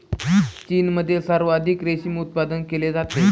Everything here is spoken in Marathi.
चीनमध्ये सर्वाधिक रेशीम उत्पादन केले जाते